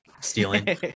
stealing